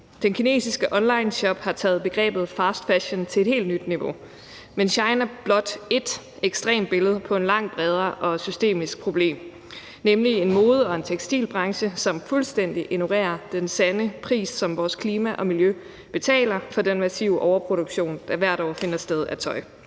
Den kinesiske onlineshop har taget begrebet fast fashion til et helt nyt niveau, men SHEIN er blot ét ekstremt billede på et langt bredere og systemisk problem, nemlig en mode- og tekstilbranche, som fuldstændig ignorerer den sande pris, som vores klima og miljø betaler for den massive overproduktion af tøj, der hvert år finder sted.